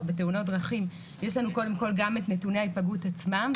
בתאונות דרכים יש לנו קודם כל גם את נתוני ההיפגעות עצמם,